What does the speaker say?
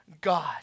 God